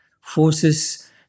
forces